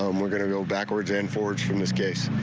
um we're going to go backwards and forwards from this case.